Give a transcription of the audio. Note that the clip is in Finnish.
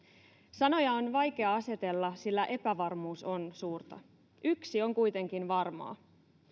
sanoja on vaikea asetella sillä epävarmuus on suurta yksi on kuitenkin varmaa